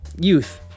youth